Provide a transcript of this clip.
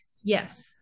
Yes